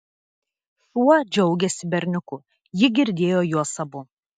šuo džiaugėsi berniuku ji girdėjo juos abu